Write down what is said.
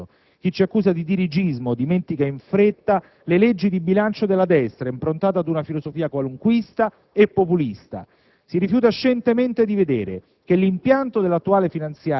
A quanti oggi ci chiedono di più, rispondiamo che questa manovra di bilancio non è e non può essere «l'alfa e l'omega» del Governo: è solo il primo passo di scelte che si dispiegheranno nei prossimi quattro anni e mezzo.